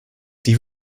die